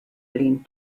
lin